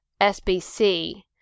SBC